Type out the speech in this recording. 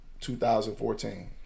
2014